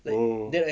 oh